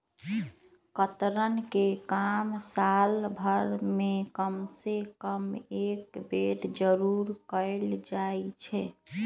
कतरन के काम साल भर में कम से कम एक बेर जरूर कयल जाई छै